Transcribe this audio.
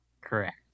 Correct